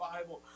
Bible